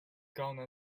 gonna